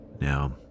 Now